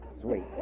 sweet